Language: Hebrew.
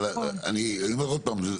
אבל אני אומר עוד פעם,